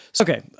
Okay